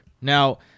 Now